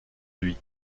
lui